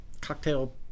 cocktail